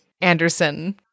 Anderson